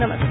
नमस्कार